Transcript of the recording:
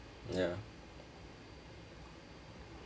ya